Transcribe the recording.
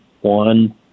one